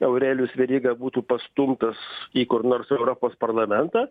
aurelijus veryga būtų pastumtas į kur nors europos parlamentą